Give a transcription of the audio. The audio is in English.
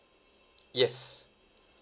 yes